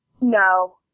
No